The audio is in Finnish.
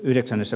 ssä